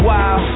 Wow